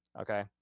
okay